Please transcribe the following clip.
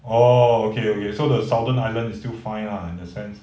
orh okay okay so the southern island is still fine lah in the sense